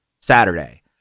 Saturday